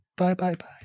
Bye-bye-bye